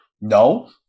No